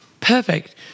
Perfect